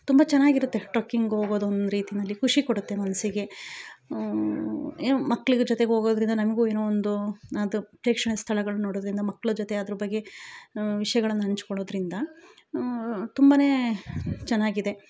ತುಂಬ ಚೆನ್ನಾಗಿ ಇರುತ್ತೆ ಟ್ರಕ್ಕಿಂಗ್ ಹೋಗೋದು ರೀತಿಯಲ್ಲಿ ಖುಷಿ ಕೊಡುತ್ತೆ ಮನಸಿಗೆ ಏನೋ ಮಕ್ಳಿಗೂ ಜೊತೆ ಹೋಗೋದ್ರಿಂದ ನಮಗೂ ಏನೋ ಒಂದು ಅದು ಪ್ರೇಕ್ಷಣೀಯ ಸ್ಥಳಗಳನ್ನು ನೋಡೋದ್ರಿಂದ ಮಕ್ಳ ಜೊತೆ ಅದ್ರ ಬಗ್ಗೆ ವಿಷಯಗಳನ್ನು ಹಂಚಿಕೊಳ್ಳೋದ್ರಿಂದ ತುಂಬನೇ ಚೆನ್ನಾಗಿದೆ